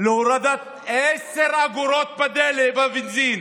להורדת עשר אגורות בבנזין.